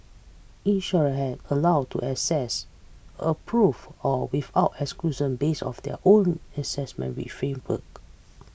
insurer are allowed to assess approve or without exclusion base of their own assessment framework